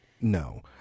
No